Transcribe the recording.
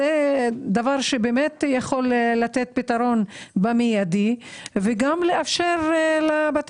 שזה דבר שיכול גם לתת פתרון במיידי וגם לאפשר לבית